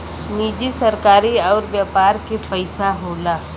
निजी सरकारी अउर व्यापार के पइसा होला